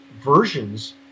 versions